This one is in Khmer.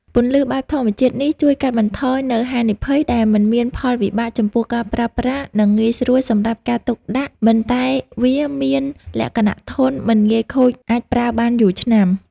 ពន្លឺបែបធម្មជាតិនេះជួយកាត់បន្ថយនៅហានីភ័យដែលមិនមានផលវិបាកចំពោះការប្រើប្រាស់និងងាយស្រួលសម្រាប់ការទុកដាក់មិនតែវាមានលក្ខណៈធន់មិនងាយខូចអាចប្រើបានយូរឆ្នាំ។